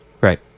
Right